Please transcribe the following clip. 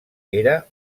era